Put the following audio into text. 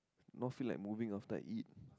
not feel like moving after I eat